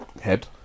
head